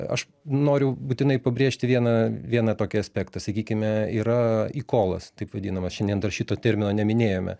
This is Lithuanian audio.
aš noriu būtinai pabrėžti vieną vieną tokį aspektą sakykime yra ikolas taip vadinamas šiandien dar šito termino neminėjome